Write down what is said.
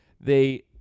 they-